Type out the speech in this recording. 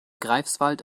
greifswald